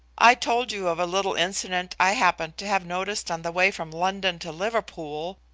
i told you of a little incident i happened to have noticed on the way from london to liverpool,